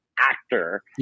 actor